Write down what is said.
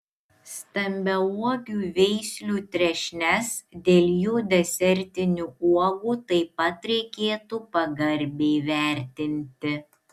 stambiauogių veislių trešnes dėl jų desertinių uogų taip pat reikėtų pagarbiai vertinti